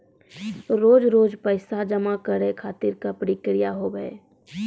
रोज रोज पैसा जमा करे खातिर का प्रक्रिया होव हेय?